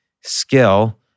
skill